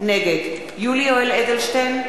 נגד יולי יואל אדלשטיין,